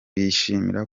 yishimira